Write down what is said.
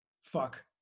Fuck